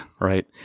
right